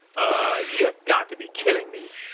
ah uhh, you have got to be kidding me.